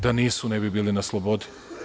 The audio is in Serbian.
Da nisu, ne bi bili na slobodi.